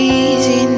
easy